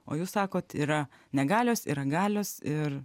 o jūs sakot yra negalios yra galios ir